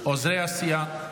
עוזרי הסיעה.